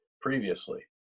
previously